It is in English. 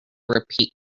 repeat